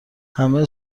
همه